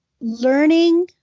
learning